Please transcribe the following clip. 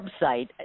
website